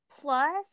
Plus